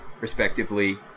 respectively